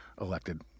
elected